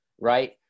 right